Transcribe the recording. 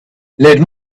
let